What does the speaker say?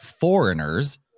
foreigners